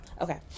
Okay